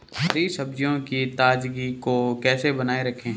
हरी सब्जियों की ताजगी को कैसे बनाये रखें?